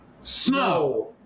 snow